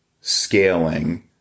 scaling